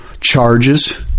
charges